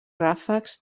ràfecs